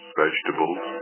vegetables